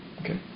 Okay